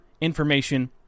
information